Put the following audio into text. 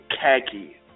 khaki